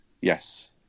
Yes